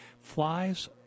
flies